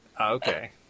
Okay